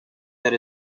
that